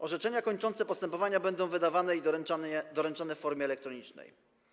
Orzeczenia kończące postępowania będą wydawane i doręczane w formie elektronicznej.